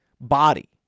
body